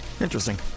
Interesting